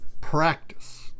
practice